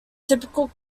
typical